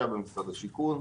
במשרד השיכון.